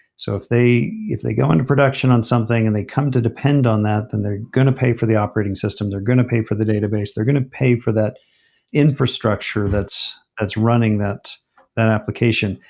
so if they if they go into production on something and they come to depend on that, then they're going to pay for the operating systems. they're going to pay for the database. they're going to pay for that infrastructure that's that's running that that application.